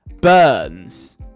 Burns